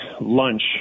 lunch